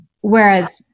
Whereas-